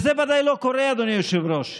וזה ודאי לא קורה, אדוני היושב-ראש.